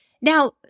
Now